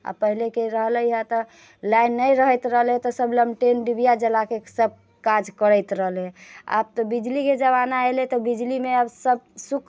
आ पहिनेके रहलै हए तऽ लाइन नहि रहैत रहलै तऽ सभ लालटेन डिबिया जला कऽ सभ काज करैत रहलै आब तऽ बिजलीके जमाना एलै तऽ बिजलीमे आब सभसुख